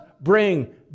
bring